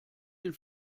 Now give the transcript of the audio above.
den